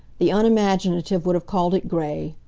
the unimaginative would have called it gray.